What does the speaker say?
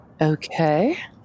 okay